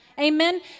amen